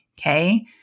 Okay